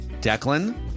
Declan